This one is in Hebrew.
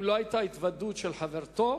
אם לא היתה התוודות של חברתו.